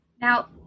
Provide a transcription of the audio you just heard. Now